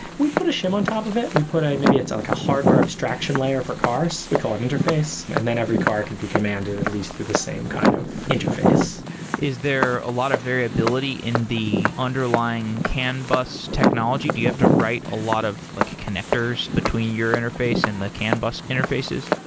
we put a shim on top of it. we put a, maybe it's a like a hardware abstraction layer for cars. we call it interface, and then every car can be commanded at least through the same kind of interface is there a lot of variability in the underlying can bus technology? do you have to write a lot of like connectors between your interface and the can bus interfaces?